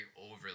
overly